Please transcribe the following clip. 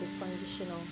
conditional